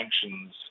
sanctions